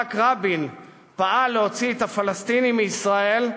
כשיצחק רבין פעל להוציא את הפלסטינים מישראל,